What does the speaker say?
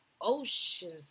oceans